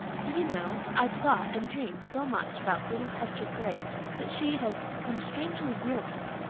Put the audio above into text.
do you know, i've thought and dreamed so much about little hester gray that she has become strangely real to me.